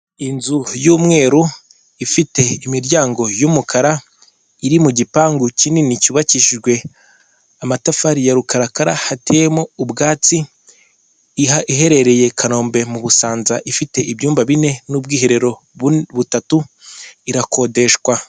Inzu y'umweru ifite imiryango y'umukara iri mu gipangu kinini cyubakishijwe amatafari ya rukarakara hateyemo ubwatsi iherereye i Kanombe mu busanza ifite ibyumba bine n'ubwiherero butatu irakodeshwa.